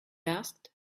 asked